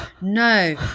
no